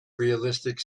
realistic